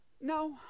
No